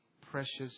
precious